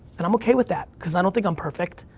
and i'm okay with that cause i don't think i'm perfect.